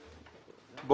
כהן.